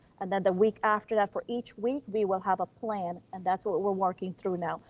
and then the week after that for each week, we will have a plan. and that's what what we're working through now.